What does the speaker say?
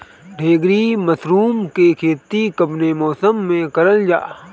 ढीघरी मशरूम के खेती कवने मौसम में करल जा?